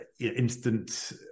instant